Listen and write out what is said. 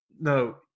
No